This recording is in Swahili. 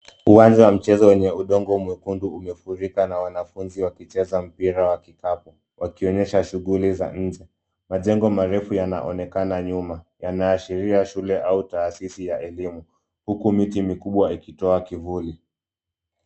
Uwanja wa michezo wenye udongo mwekundu uliogumbika na wanafunzi wakicheza mpira wa kikapu wakionyesha shughuli za nje. Majengo marefu yanaonekana nyuma yanaashiria shule au taasisi ya elimu huku miti mikubwa ikitoa kivuli.